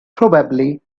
probably